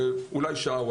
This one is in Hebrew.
אולי תוך שעה.